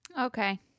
Okay